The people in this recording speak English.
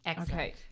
Okay